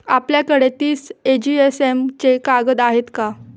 आपल्याकडे तीस जीएसएम चे कागद आहेत का?